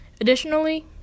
Additionally